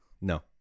No